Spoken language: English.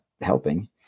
helping